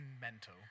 mental